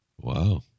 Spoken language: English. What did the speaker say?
Wow